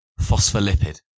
Phospholipid